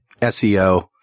SEO